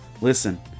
Listen